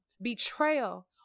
betrayal